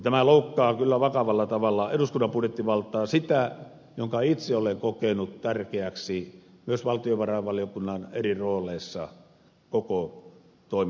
tämä loukkaa kyllä vakavalla tavalla eduskunnan budjettivaltaa sitä jonka itse olen kokenut tärkeäksi myös valtiovarainvaliokunnan eri rooleissa koko toimintani ajan